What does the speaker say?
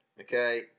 Okay